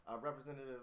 Representative